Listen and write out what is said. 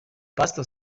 pastor